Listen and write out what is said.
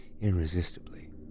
irresistibly